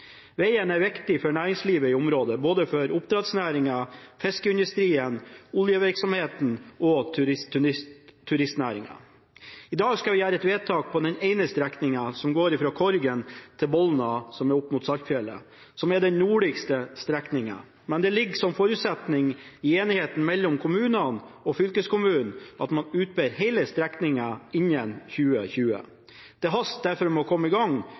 er viktig for næringslivet i området, både for oppdrettsnæringen, for fiskeindustrien, for oljevirksomheten og for turistnæringen. I dag skal vi gjøre et vedtak for den strekningen som går fra Korgen til Bolna, som er opp mot Saltfjellet, som er den nordligste strekningen, men det ligger som en forutsetning i enigheten mellom kommunene og fylkeskommunen at man skal utbedre hele strekningen innen 2020. Det haster derfor med å komme i gang